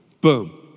boom